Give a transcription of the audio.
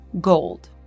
gold